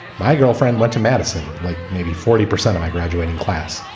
my girlfriend went to madison like maybe forty percent of my graduating class.